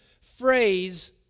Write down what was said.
phrase